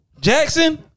Jackson